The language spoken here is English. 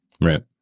Right